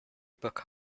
book